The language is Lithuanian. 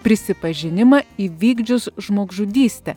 prisipažinimą įvykdžius žmogžudystę